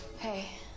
Hey